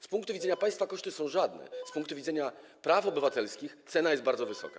Z punktu widzenia państwa koszty są żadne, z punktu widzenia praw obywatelskich cena jest bardzo wysoka.